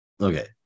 Okay